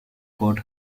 court